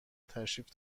تشریف